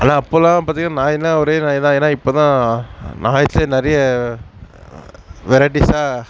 ஆனால் அப்பெலாம் பார்த்திங்கனா நாய்னால் ஒரே நாய்தான் ஏன்னால் இப்போதான் நாய்ஸே நிறைய வெரைட்டிஸாக